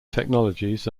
technologies